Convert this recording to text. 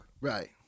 Right